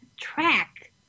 track